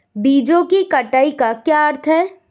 बीजों की कटाई का क्या अर्थ है?